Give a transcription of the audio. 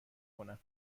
کنم